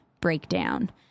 breakdown